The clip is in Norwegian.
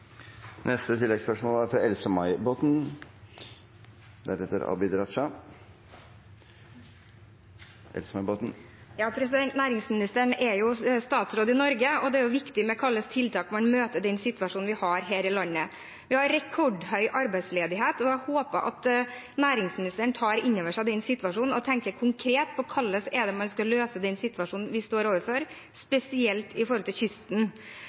Botten – til oppfølgingsspørsmål. Næringsministeren er statsråd i Norge, og det er viktig hvilke tiltak man møter den situasjonen vi har her i landet med. Vi har rekordhøy arbeidsledighet, og jeg håper at næringsministeren tar inn over seg den situasjonen og tenker konkret på hvordan man skal løse den situasjonen vi står overfor,